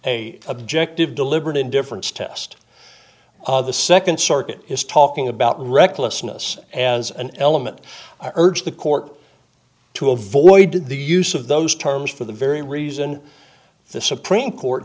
a objective deliberate indifference test the nd circuit is talking about recklessness as an element i urge the court to avoid the use of those terms for the very reason the supreme court